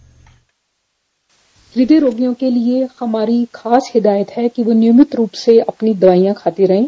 bite हृदय रोगियों के लिए हमारी खास हिदायत है कि वो नियमित रूप से अपनी दवाईयां खाते रहें